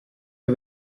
que